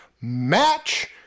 match